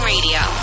Radio